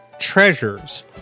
treasures